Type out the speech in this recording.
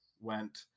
went